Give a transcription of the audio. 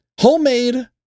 homemade